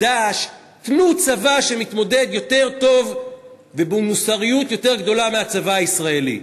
"דאעש" תנו צבא שמתמודד יותר טוב ובמוסריות יותר גדולה מהצבא הישראלי.